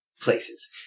places